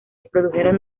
produjeron